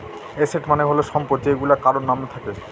asset মানে হল সম্পদ যেইগুলা কারোর নাম থাকে